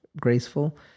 graceful